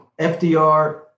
FDR